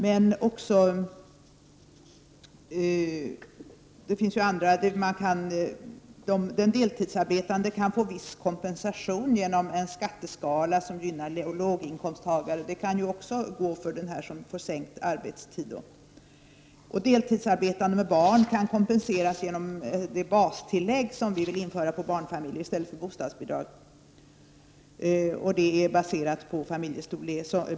Det finns också andra sätt. Den deltidsarbetande kan få viss kompensation genom en skatteskala som gynnar låginkomsttagare. Det kan också gälla för den som får sänkt arbetstid. Deltidsarbetande med barn kan kompenseras genom det bastillägg som vi vill införa för barnfamiljer i stället för bostadsbidrag.